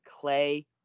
Clay